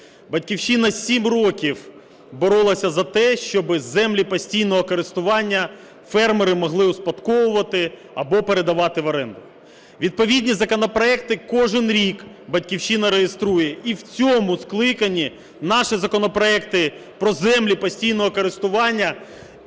"Батьківщина" 7 років боролася за те, щоби землі постійного користування фермери могли успадковувати або передавати в оренду. Відповідні законопроекти кожен рік "Батьківщина" реєструє, і в цьому скликанні наші законопроекти про землі постійного користування і